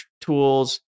tools